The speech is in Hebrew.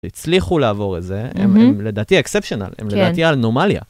שהצליחו לעבור את זה. מממ.. הם לדעתי אקספצ'ונל, כן, הם לדעתי אנומליה.